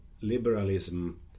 liberalism